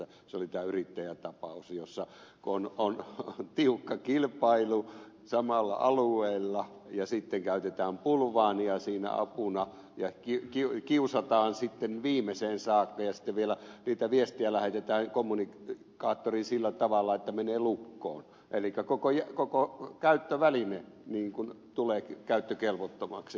se on tämä yrittäjätapaus jossa on tiukka kilpailu samalla alueella ja sitten käytetään bulvaania siinä apuna ja kiusataan sitten viimeiseen saakka ja sitten vielä niitä viestejä lähetetään kommunikaattoriin sillä tavalla että se menee lukkoon elikkä koko käyttöväline tulee niin kuin käyttökelvottomaksi